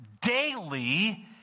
daily